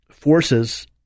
forces